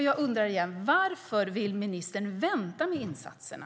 Jag undrar igen: Varför vill ministern vänta med insatserna?